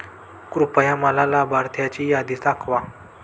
कृपया मला लाभार्थ्यांची यादी दाखवा